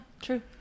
true